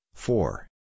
Four